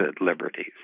liberties